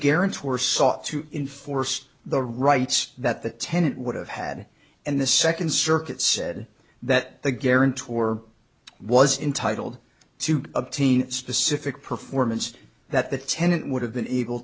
sought to enforce the rights that the tenant would have had and the second circuit said that the guarantor was intitled to obtain a specific performance that the tenant would have been able